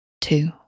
two